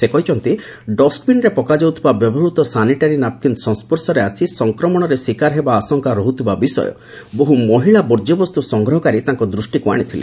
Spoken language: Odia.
ସେ କହିଛନ୍ତି ଡଷ୍ଟବିନ୍ରେ ପକାଯାଉଥିବା ବ୍ୟବହୃତ ସାନିଟାରୀ ନାପ୍କିନ୍ ସଂଶ୍ୱର୍ଶରେ ଆସି ସଂକ୍ରମଣରେ ଶିକାର ହେବା ଆଶଙ୍କା ରହ୍ରଥିବାର ବହୁ ମହିଳା ବର୍ଜ୍ୟବସ୍ତୁ ସଂଗ୍ରହକାରୀ ତାଙ୍କ ଦୃଷ୍ଟିକୁ ଆଶିଥିଲେ